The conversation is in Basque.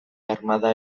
armada